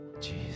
Jesus